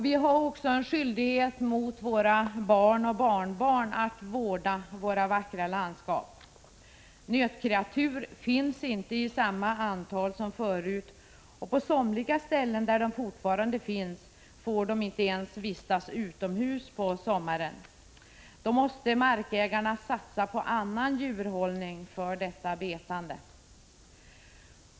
Vi har också en skyldighet mot våra barn och barnbarn att vårda våra vackra landskap. Nötkreatur finns inte i samma antal som förut och på somliga ställen, där de fortfarande finns, får de inte ens vistas utomhus på sommaren. Då måste markägarna satsa på annan djurhållning för detta betande.